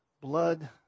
blood